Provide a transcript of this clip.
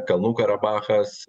kalnų karabachas